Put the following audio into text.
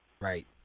Right